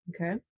Okay